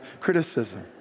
criticism